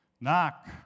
knock